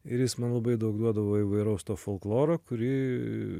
ir jis man labai daug duodavo įvairaus folkloro kurį